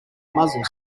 muzzle